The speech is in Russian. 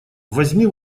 возьми